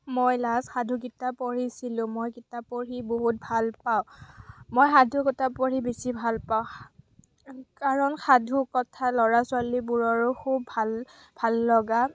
মই লাষ্ট সাধু কিতাপ পঢ়িছিলোঁ মই কিতাপ পঢ়ি বহুত ভালপাওঁ মই সাধুকথা পঢ়ি বেছি ভালপাওঁ কাৰণ সাধুকথা ল'ৰা ছোৱালীবোৰৰো খুব ভাল লগা